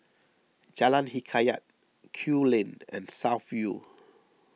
Jalan Hikayat Kew Lane and South View